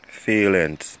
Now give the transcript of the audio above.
Feelings